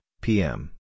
PM